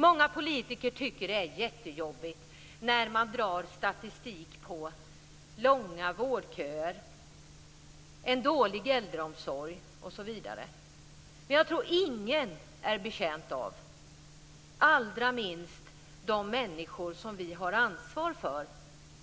Många politiker tycker att det är jättejobbigt när man drar statistik om långa vårdköer, dålig äldreomsorg osv. Men jag tror inte att någon är betjänt av - allra minst de människor som vi har ansvar för